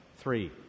Three